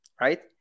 right